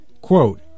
Quote